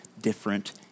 different